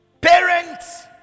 Parents